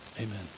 Amen